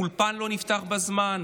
אולפן לא נפתח בזמן,